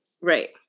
Right